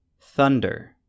Thunder